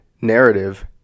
narrative